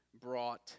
brought